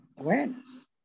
awareness